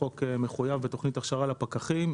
החוק מחויב בתוכנית הכשרה לפקחים.